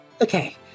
Okay